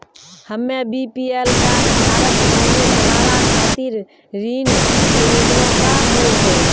हम्मे BPL card धारक बानि हमारा खातिर ऋण के योजना का होव हेय?